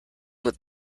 with